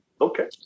Okay